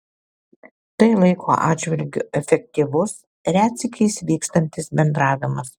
tai laiko atžvilgiu efektyvus retsykiais vykstantis bendravimas